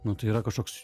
nu tai yra kažkoks